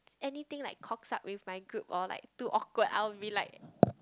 anything like cocks up with my group or like too awkward I will be like